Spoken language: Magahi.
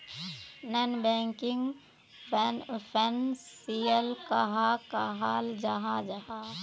नॉन बैंकिंग फैनांशियल कहाक कहाल जाहा जाहा?